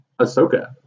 Ahsoka